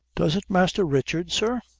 doesn't masther richard, sir?